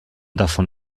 davon